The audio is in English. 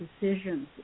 decisions